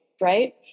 Right